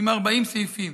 עם 40 סעיפים